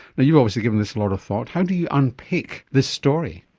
but you've obviously given this a lot of thought, how do you unpick this story?